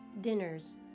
dinners